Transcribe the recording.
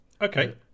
Okay